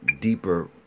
deeper